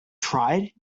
tried